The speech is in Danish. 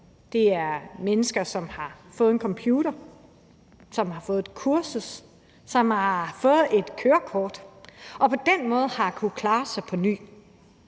Der er mennesker, som har fået en computer, som har fået et kursus, eller som har fået kørekort og på den måde på ny har kunnet klare sig selv.